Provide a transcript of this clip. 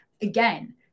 again